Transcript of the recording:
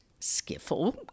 skiffle